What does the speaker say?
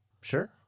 Sure